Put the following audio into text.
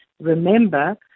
Remember